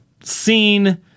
seen